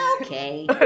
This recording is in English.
Okay